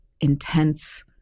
intense